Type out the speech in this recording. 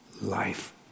life